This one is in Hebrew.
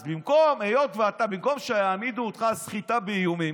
אז במקום שיעמידו אותך על סחיטה באיומים,